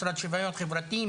משרד שוויון חברתי,